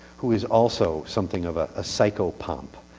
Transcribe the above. who is also something of ah a psychopomp.